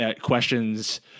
questions